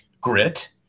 grit